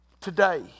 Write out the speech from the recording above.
today